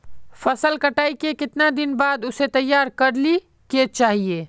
फसल कटाई के कीतना दिन बाद उसे तैयार कर ली के चाहिए?